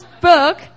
book